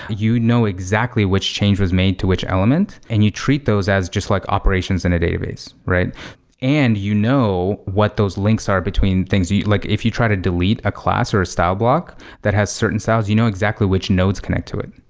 you know exactly which change was made to which element and you treat those as just like operations in a database and you know what those links are between things like if you try to delete a class or a style block that has certain styles, you know exactly which nodes connect to it.